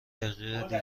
دقیقه